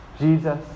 Jesus